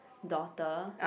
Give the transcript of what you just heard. daughter